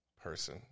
person